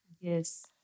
Yes